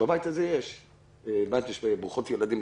ובבית הזה יש משפחה ברוכת ילדים,